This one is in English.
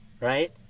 right